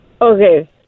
Okay